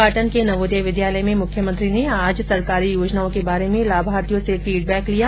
पाटन के नवोदय विधालय में मुख्यमंत्री ने आज सरकारी योजनाओं के बारे में लाभार्थियों से फीडबैक लिया